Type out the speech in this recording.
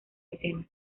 escena